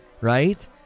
right